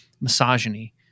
misogyny